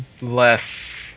less